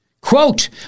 Quote